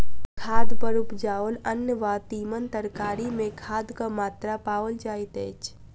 खाद पर उपजाओल अन्न वा तीमन तरकारी मे खादक मात्रा पाओल जाइत अछि